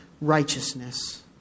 righteousness